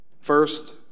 first